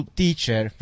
teacher